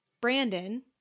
Brandon